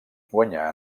guanyar